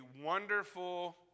wonderful